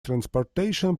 transportation